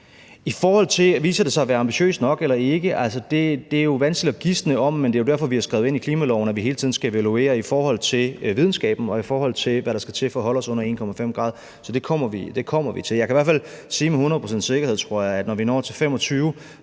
viser sig at være ambitiøst nok eller ej, vil jeg sige: Det er vanskeligt at gisne om, men det er jo derfor, vi har skrevet ind i klimaloven, at vi hele tiden skal evaluere det i forhold til videnskaben, og i forhold til hvad der skal til for at holde os under 1,5 grader – så det kommer vi til. Jeg tror i hvert fald, jeg kan sige med hundrede procent sikkerhed, at når vi når til 2025,